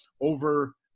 over